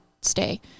stay